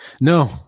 No